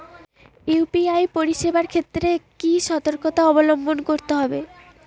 UPI পরিসেবার ক্ষেত্রে কি সতর্কতা অবলম্বন করতে হবে?